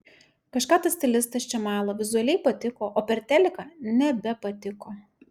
kažką tas stilistas čia mala vizualiai patiko o per teliką nebepatiko